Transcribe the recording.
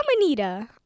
Anita